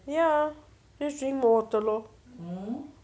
ya just drink more water lor